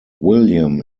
william